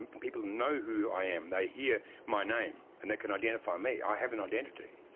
and people know who i am, they hear my name and they can identify me. i have an identity.